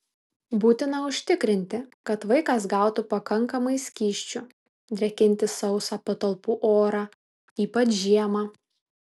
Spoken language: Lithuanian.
būtina užtikrinti kad vaikas gautų pakankamai skysčių drėkinti sausą patalpų orą ypač žiemą